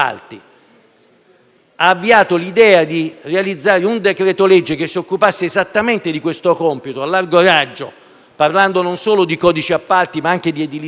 ha avviato l'idea di realizzare un decreto-legge che si occupasse esattamente di questo compito a largo raggio, parlando non solo di codice degli appalti, ma anche di edilizia privata,